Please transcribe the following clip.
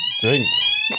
Drinks